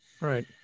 Right